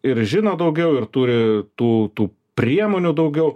ir žino daugiau ir turi tų priemonių daugiau